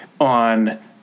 on